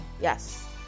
yes